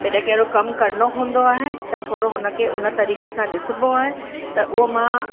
जॾहिं कहिड़ो कमु करिणो हूंदो आहे त थोरो हुनखे हुन तरीक़े सां ॾिसिबो आहे त उहो मां